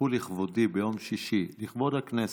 פתחו לכבודי ביום שישי, לכבוד הכנסת,